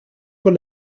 were